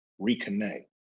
Reconnect